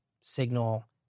signal